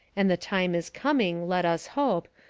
and the time is coming, let us hope,